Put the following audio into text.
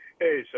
Hey